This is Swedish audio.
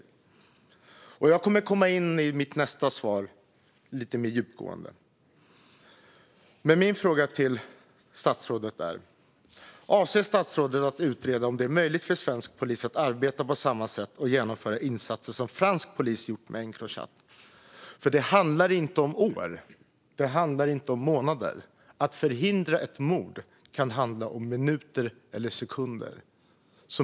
I mitt nästa inlägg kommer jag in på det här lite mer djupgående, men min fråga till statsrådet är ändå: Avser statsrådet att utreda om det är möjligt för svensk polis att arbeta på samma sätt och genomföra insatser som fransk polis gjort med Encrochat? Det handlar inte om år, det handlar inte om månader. Att förhindra ett mord kan handla om minuter eller sekunder.